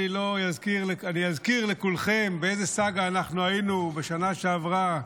אני אזכיר לכולכם באיזו סאגה היינו בשנה שעברה,